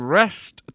rest